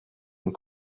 and